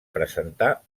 presentar